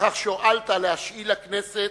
בכך שהואלת להשאיל לכנסת,